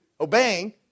obeying